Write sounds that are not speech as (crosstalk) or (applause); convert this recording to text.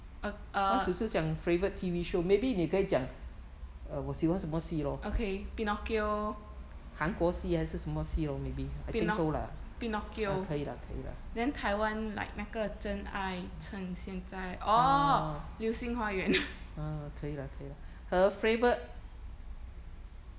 uh uh okay pinnochio pinno~ pinnochio then 台湾 like 那个真爱趁现在 orh 流星花园 (laughs)